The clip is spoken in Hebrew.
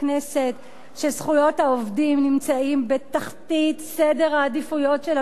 שזכויות העובדים נמצאות בתחתית סדר העדיפויות של הממשלה הזו.